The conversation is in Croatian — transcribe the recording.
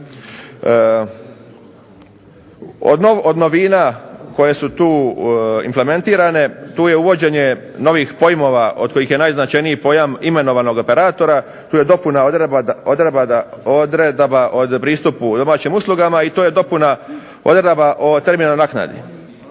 Od novina koje su tu implementirane tu je uvođenje novih pojmova od kojih je najznačajniji pojam imenovanje operatora. Tu je dopuna odredaba pristupu domaćim uslugama i to je dopuna odredaba o terminalnoj naknadi.